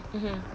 mmhmm